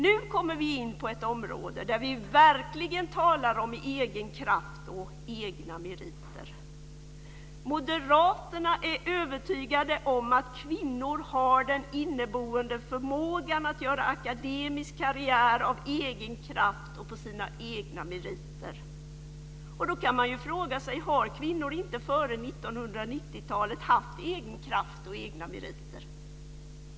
Nu kommer vi in på ett område där vi verkligen talar om egen kraft och egna meriter. Moderaterna är övertygade om att kvinnor har den inneboende förmågan att göra akademisk karriär av egen kraft och på sina egna meriter. Då kan man fråga sig: Har kvinnor inte före 1990 talet haft egen kraft och egna meriter?